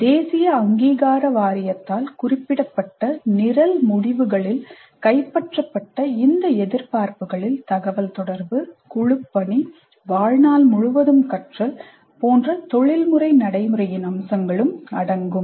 தேசிய அங்கீகார வாரியத்தால் குறிப்பிடப்பட்ட நிரல் முடிவுகளில் கைப்பற்றப்பட்ட இந்த எதிர்பார்ப்புகளில் தகவல் தொடர்பு குழுப்பணி வாழ்நாள் முழுவதும் கற்றல் போன்ற தொழில்முறை நடைமுறையின் அம்சங்கள் அடங்கும்